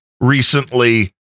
recently